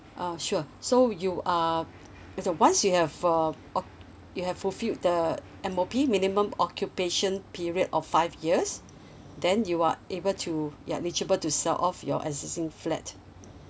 uh sure so you are as uh once you have uh o~ you have fulfilled the M_O_P minimum occupation period of five years then you are able to ya eligible to sell off your existing flat